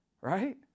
right